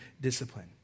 discipline